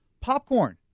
Popcorn